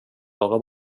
vara